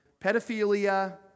Pedophilia